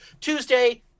Tuesday